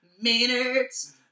Maynard's